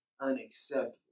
unacceptable